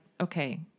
okay